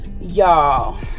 y'all